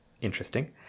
interesting